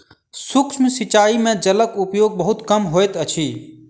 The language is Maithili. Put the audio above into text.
सूक्ष्म सिचाई में जलक उपयोग बहुत कम होइत अछि